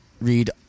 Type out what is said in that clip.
read